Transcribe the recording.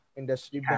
industry